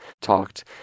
talked